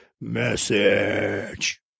message